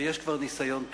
ויש כבר ניסיון טוב.